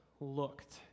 looked